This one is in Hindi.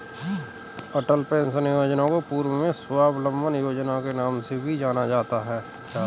अटल पेंशन योजना को पूर्व में स्वाबलंबन योजना के नाम से भी जाना जाता था